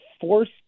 force